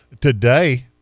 today